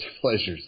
pleasures